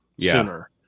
sooner